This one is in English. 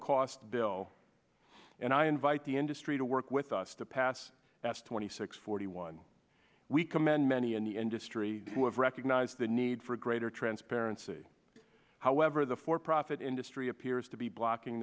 cost bill and i invite the industry to work with us to pass as twenty six forty one we commend many in the industry who have recognized the need for greater transparency however the for profit industry appears to be blocking